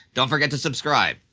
don't forget to subscribe.